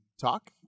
talk